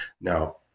Now